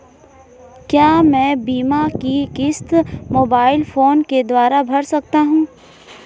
क्या मैं बीमा की किश्त मोबाइल फोन के द्वारा भर सकता हूं?